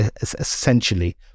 essentially